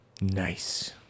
Nice